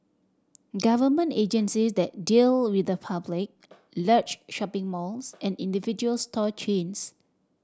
government agencies that deal with the public large shopping malls and individual store chains